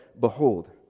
Behold